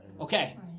okay